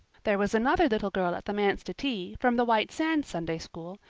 there was another little girl at the manse to tea, from the white sands sunday school.